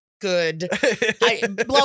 good